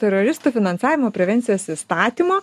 teroristų finansavimo prevencijos įstatymo